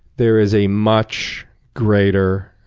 there is a much greater,